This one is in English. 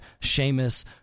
Seamus